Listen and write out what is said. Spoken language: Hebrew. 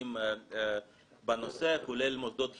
רלוונטיים בנושא, כולל מוסדות חינוך,